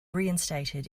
reinstated